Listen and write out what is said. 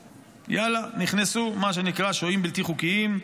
יאללה, נכנסו, מה שנקרא שוהים בלתי חוקיים.